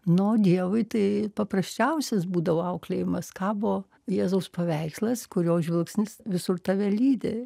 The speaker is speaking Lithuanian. nu o dievui tai paprasčiausias būdavo auklėjimas kabo jėzaus paveikslas kurio žvilgsnis visur tave lydi